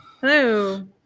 Hello